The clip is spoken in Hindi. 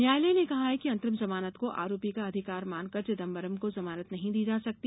न्यायालय ने कहा कि अंतरिम जमानत को आरोपी का अधिकार मानकर चिदंबरम को जमानत नहीं दी जा सकती